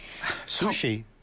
Sushi